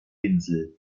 insel